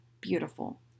beautiful